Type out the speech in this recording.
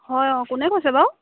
হয় অঁ কোনে কৈছে বাৰু